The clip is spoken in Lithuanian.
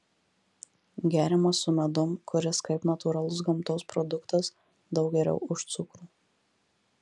geriamas su medum kuris kaip natūralus gamtos produktas daug geriau už cukrų